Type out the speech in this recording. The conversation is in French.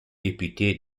député